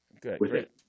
Good